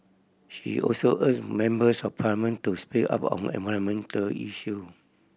she also urges members of Parliament to speak up on environment issue